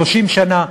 30 שנה,